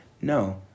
No